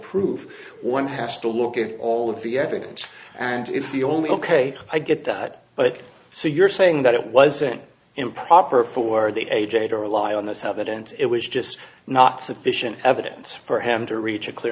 proof one has to look at all of the evidence and it's the only ok i get that but so you're saying that it wasn't improper for the a j to rely on this habit and it was just not sufficient evidence for him to reach a clear